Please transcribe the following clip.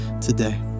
today